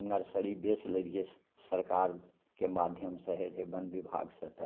nursery बेचि लेलिए सरकारके माध्यमसे रहै वन विभागसे तऽ